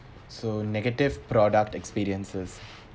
so negative product experiences